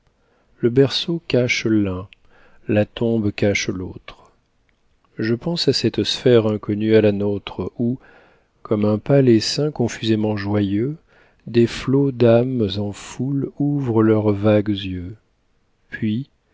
le berceau cache l'un la tombe cache l'autre je pense à cette sphère inconnue à la nôtre où comme un pâle essaim confusément joyeux des flots d'âmes en foule ouvrent leurs vagues yeux puis